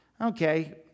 Okay